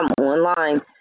online